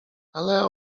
ale